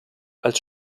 als